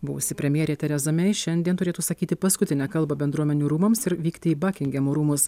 buvusi premjerė tereza mei šiandien turėtų sakyti paskutinę kalbą bendruomenių rūmams ir vykti į bakingamo rūmus